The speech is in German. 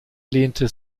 lehnte